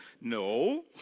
No